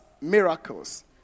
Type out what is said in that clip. miracles